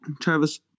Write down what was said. Travis